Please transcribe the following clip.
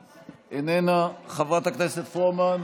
איננה, חברת הכנסת פרומן,